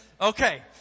Okay